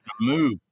move